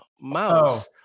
mouse